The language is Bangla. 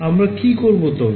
আমরা কি করবো তবে